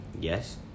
Yes